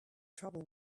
trouble